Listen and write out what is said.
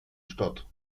statt